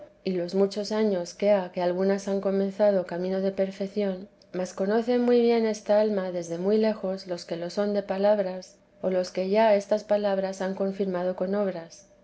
y los muchos años que ha que algunas han comenzado camino de perfección mas conoce bien esta alma desde muy lejos los que lo son de palabras o los que ya estas palabras han confirmado con obras